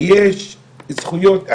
יש זכויות אדם.